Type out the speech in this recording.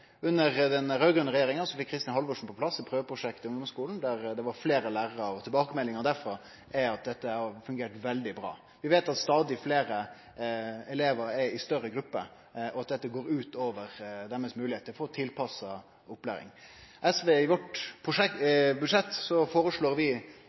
Under den raud-grøne regjeringa fekk Kristin Halvorsen på plass eit prøveprosjekt i ungdomsskulen med fleire lærarar, og tilbakemeldinga derfrå er at dette har fungert veldig bra. Vi veit at stadig fleire elevar er i større grupper, og at dette går ut over deira moglegheit til å få tilpassa opplæring. I vårt budsjett føreslår vi innføring av ei